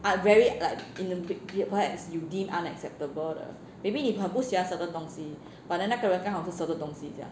ah very like uh perhaps you deem unacceptable 的 maybe 你很不喜欢 certain 东西 but then 那个人刚好是 certain 东西这样